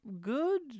good